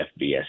FBS